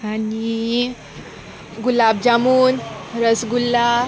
आनी गुलाब जामून रसगुल्ला